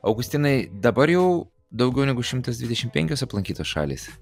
augustinai dabar jau daugiau negu šimtas dvidešim penkios aplankytos šalys